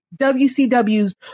WCW's